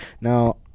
Now